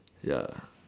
ya